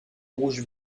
rouge